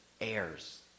heirs